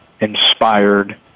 inspired